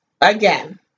Again